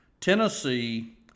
Tennessee